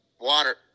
water